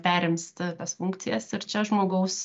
perims tą tas funkcijas ir čia žmogaus